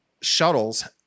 shuttles